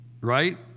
right